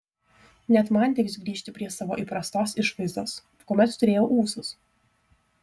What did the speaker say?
net man teks grįžti prie savo įprastos išvaizdos kuomet turėjau ūsus